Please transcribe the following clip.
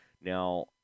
Now